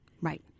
Right